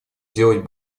делать